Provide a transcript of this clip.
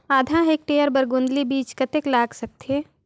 आधा हेक्टेयर बर गोंदली बीच कतेक लाग सकथे?